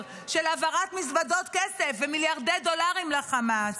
של העברת מזוודות כסף ומיליארדי דולרים לחמאס.